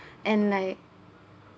and like